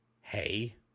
hey